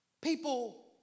people